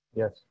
Yes